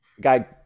Guy